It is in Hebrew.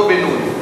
לא בינוי,